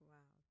Wow